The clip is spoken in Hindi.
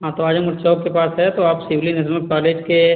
हाँ तो आजमगढ़ चौक के पास है तो आप सिवली नेसनल कॉलेज के